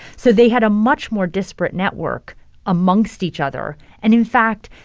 so they had a much more disparate network amongst each other. and in fact,